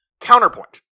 Counterpoint